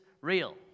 real